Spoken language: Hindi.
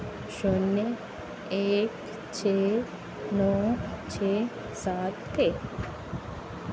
शून्य एक छः नौ छः सात है